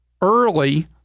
early